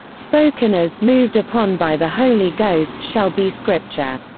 spoken as moved upon by the holy ghost shall be scripture.